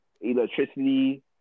electricity